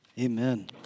Amen